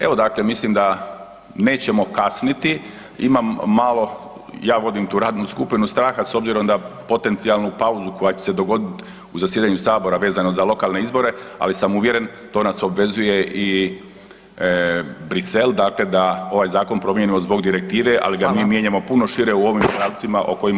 Evo, dakle mislim da nećemo kasniti, imam malo, ja vodim tu radnu skupinu, straha, s obzirom da potencijalnu pauzu koja će se dogoditi u zasjedanju Sabora vezano za lokalne izbore, ali sam uvjeren, to nas obvezuje i Bruxelles, dakle da ovaj zakon promijenimo zbog direktive, ali ga [[Upadica: Hvala.]] mi mijenjamo puno šire u ovim pravcima o kojima smo danas govorili.